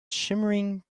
shimmering